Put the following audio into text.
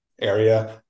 area